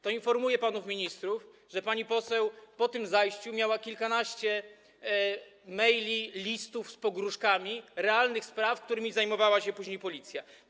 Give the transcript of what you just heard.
To informuję panów ministrów, że pani poseł po tym zajściu miała kilkanaście maili, listów z pogróżkami, realnych spraw, którymi zajmowała się później Policja.